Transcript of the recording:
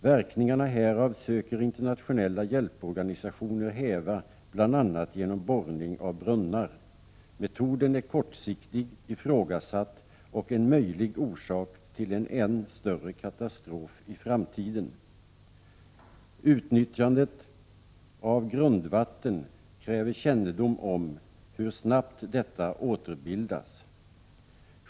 Verkningarna härav söker internationella hjälporganisationer häva, bl.a. genom borrning av brunnar. Metoden är kortsiktig, ifrågasatt och en möjlig orsak till en än större katastrof i framtiden. Utnyttjande av grundvatten kräver kännedom om hur snabbt detta återbildas.